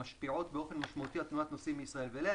המשפיעות באופן משמעותי על תנועת נוסעים מישראל ואליה,